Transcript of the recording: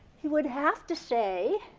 he would have to say,